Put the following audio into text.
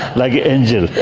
like an angel.